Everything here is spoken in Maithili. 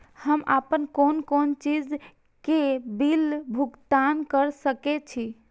हम आपन कोन कोन चीज के बिल भुगतान कर सके छी?